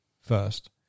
first